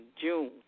June